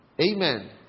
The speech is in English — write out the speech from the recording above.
Amen